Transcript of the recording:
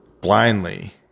blindly